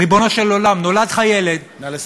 ריבונו של עולם, נולד לך ילד, נא לסיים.